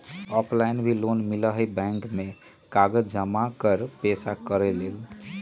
Offline भी loan मिलहई bank में कागज जमाकर पेशा करेके लेल?